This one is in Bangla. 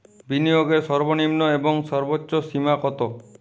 বিনিয়োগের সর্বনিম্ন এবং সর্বোচ্চ সীমা কত?